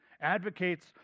advocates